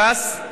ש"ס,